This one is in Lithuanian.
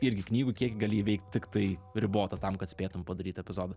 irgi knygų kiekį gali įveikt tiktai ribotą tam kad spėtum padaryt epizodą